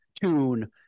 tune